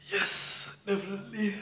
yes definitely